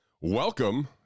welcome